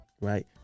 right